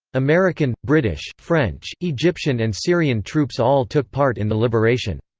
american, british, french, egyptian and syrian troops all took part in the liberation.